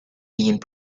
being